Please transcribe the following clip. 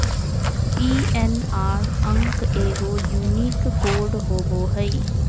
PNR अंक एगो unique code होबो हइ